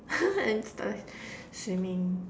and swimming